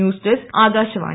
news desk Akashvani